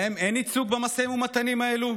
להם אין ייצוג במשאים ומתנים האלה?